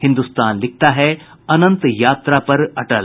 हिन्दुस्तान लिखता है अनंत यात्रा पर अटल